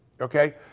Okay